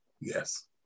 Yes